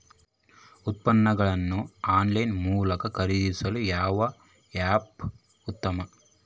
ಉತ್ಪನ್ನಗಳನ್ನು ಆನ್ಲೈನ್ ಮೂಲಕ ಖರೇದಿಸಲು ಯಾವ ಆ್ಯಪ್ ಉತ್ತಮ?